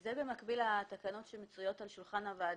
זה במקביל לתקנות שמצויות על שולחן הוועדה,